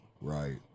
Right